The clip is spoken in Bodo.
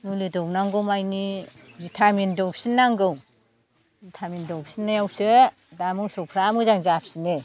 मुलि दौनांगौ मानि भिटामिन दौफिननांगौ भिटामिन दौफिननायावसो दा मोसौफ्रा मोजां जाफिनो